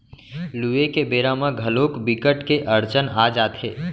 लूए के बेरा म घलोक बिकट के अड़चन आ जाथे